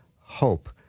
HOPE